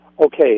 Okay